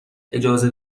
اجازه